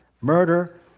murder